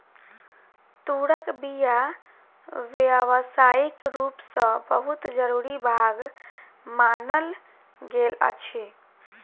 तूरक बीया व्यावसायिक रूप सॅ बहुत जरूरी भाग मानल गेल अछि